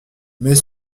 mais